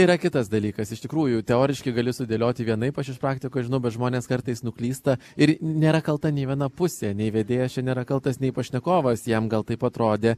yra kitas dalykas iš tikrųjų teoriškai gali sudėlioti vienaip aš iš praktikos žinau bet žmonės kartais nuklysta ir nėra kalta nei viena pusė nei vedėjas čia nėra kaltas nei pašnekovas jam gal taip atrodė